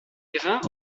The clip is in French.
grains